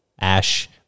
Ash